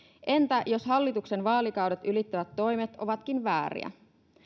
entä jos hallituksen vaalikaudet ylittävät toimet ovatkin vääriä